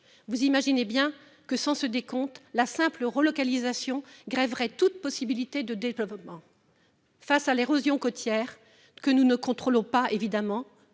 Vous imaginez bien que, sans ce décompte, le seul effort de relocalisation grèverait toute possibilité de développement. Face à l'érosion côtière, que nous ne contrôlons évidemment